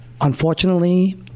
Unfortunately